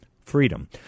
Freedom